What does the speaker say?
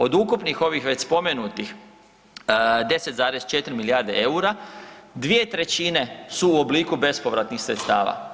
Od ukupnih ovih već spomenutih 10,4 milijarde EUR-a, 2/3 su u obliku bespovratnih sredstava.